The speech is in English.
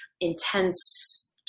intense